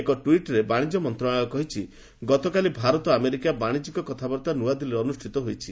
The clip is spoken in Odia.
ଏକ ଟ୍ଟିଟ୍ରେ ବାଣିଜ୍ୟ ମନ୍ତ୍ରଣାଳୟ କହିଛି ଗତକାଲି ଭାରତ ଆମେରିକା ବାଶିଜ୍ୟିକ କଥାବାର୍ତ୍ତା ନ୍ତଆଦିଲ୍ଲୀରେ ଅନୁଷ୍ଠିତ ହୋଇଛି